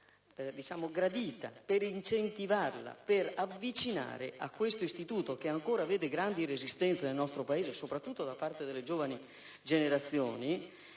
per incentivarla. Infatti, questo istituto - che ancora incontra grandi resistenze nel nostro Paese, soprattutto da parte delle giovani generazioni